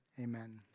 Amen